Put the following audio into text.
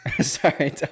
Sorry